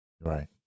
Right